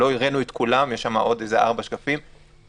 ויש גם שקפים שלא ראינו,